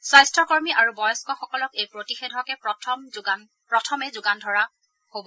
স্বাস্থ্য কৰ্মী আৰু বয়স্থসকলক এই প্ৰতিষেধক প্ৰথমে যোগান ধৰা হব